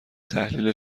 تحلیل